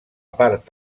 part